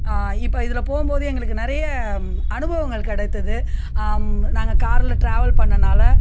இப்போ இதில் போகும்போது எங்களுக்கு நிறைய அனுபவங்கள் கிடைத்தது நாங்கள் காரில் ட்ராவல் பண்ணனால்